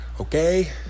Okay